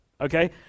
okay